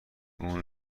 اون